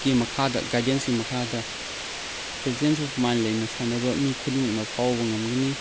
ꯀꯤ ꯃꯈꯥꯗ ꯒꯥꯏꯗꯦꯟꯁꯀꯤ ꯃꯈꯥꯗ ꯄ꯭ꯔꯖꯦꯟꯁ ꯑꯣꯐ ꯃꯥꯏꯟ ꯂꯩꯅ ꯁꯥꯟꯅꯕ ꯃꯤ ꯈꯨꯗꯤꯡꯃꯛꯅ ꯐꯥꯎꯕ ꯉꯝꯒꯅꯤ